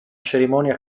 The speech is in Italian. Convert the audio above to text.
cerimonia